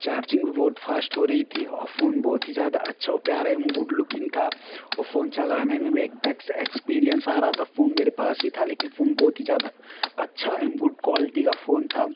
charging बहुत fast हो रही थी और फोन बहुत ही ज़्यादा अच्छा प्यारा और गुड लुकिंग था और फोन चलाने में भी बेस्ट एक्सपीरियंस आ रहा था फोन मेरे पास ही था लेकिन फोन बहुत ही ज़्यादा अच्छा एंड गुड क्वालिटी का फोन था